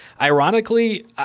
ironically